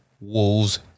Wolves